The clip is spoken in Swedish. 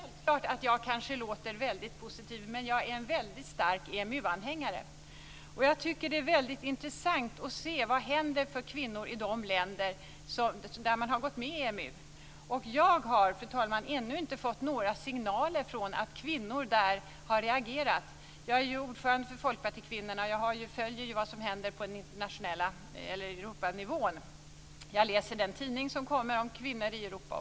Fru talman! Det är självklart att jag låter väldigt positiv, men jag är en väldigt stark EMU-anhängare. Jag tycker att det är väldigt intressant att se vad som händer för kvinnor i de länder som gått med i EMU. Jag har, fru talman, ännu inte fått några signaler om att kvinnor där har reagerat. Jag är ordförande för folkpartikvinnorna och följer vad som händer på Europanivån. Jag läser den tidning som kommer om kvinnor i Europa.